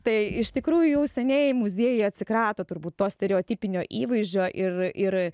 tai iš tikrųjų jau seniai muziejai atsikrato turbūt to stereotipinio įvaizdžio ir ir